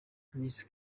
miss